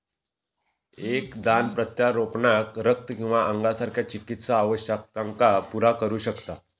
एक दान प्रत्यारोपणाक रक्त किंवा अंगासारख्या चिकित्सा आवश्यकतांका पुरा करू शकता